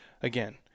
Again